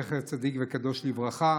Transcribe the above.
זכר צדיק וקדוש לברכה,